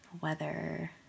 weather